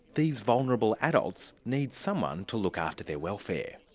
these vulnerable adults need someone to look after their welfare.